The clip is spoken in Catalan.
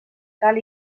cal